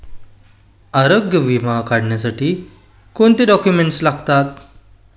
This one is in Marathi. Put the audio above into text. आरोग्य विमा काढण्यासाठी कोणते डॉक्युमेंट्स लागतात?